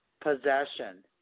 Possession